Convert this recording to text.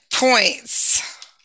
points